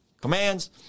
commands